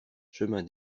chemin